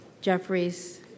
Jeffries